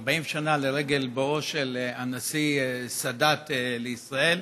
40 שנה לרגל בואו של הנשיא סאדאת לישראל,